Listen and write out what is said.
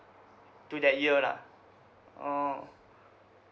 to that year lah orh